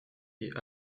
est